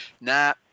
nah